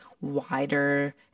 wider